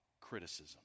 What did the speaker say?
criticism